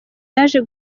yaje